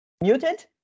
Muted